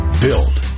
build